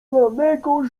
lanego